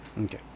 Okay